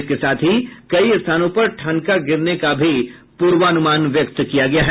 इसके साथ ही कई स्थानों पर ठनका गिरने का भी पूर्वानुमान व्यक्त किया गया है